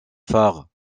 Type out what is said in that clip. phare